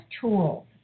tools